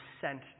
sent